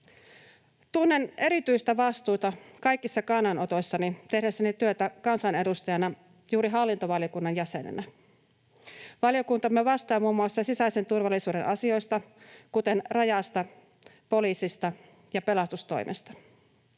Tunnen erityistä vastuuta kaikissa kannanotoissani tehdessäni työtä kansanedustajana juuri hallintovaliokunnan jäsenenä. Valiokuntamme vastaa muun muassa sisäisen turvallisuuden asioista, kuten rajasta, poliisista ja pelastustoimesta.